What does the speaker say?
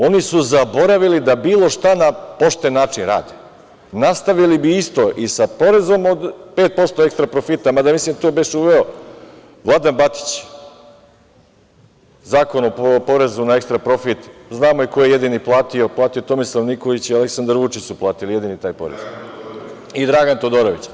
Oni su zaboravili da bilo šta na pošten način rade, nastavili bi isto i sa porezom od 5% ekstra profita, mada mislim da je to beše uveo Vladan Batić, Zakon o porezu na ekstra profit, znamo i ko je jedini platio, platio je Tomislav Nikolić i Aleksandar Vučić su platili jedini taj porez i Dragan Todorović.